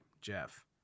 Jeff